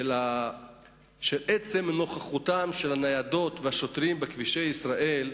של עצם נוכחותם של הניידות והשוטרים בכבישי ישראל.